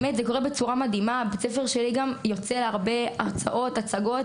בית הספר שלי יוצא גם להרבה הרצאות והצגות